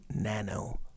Nano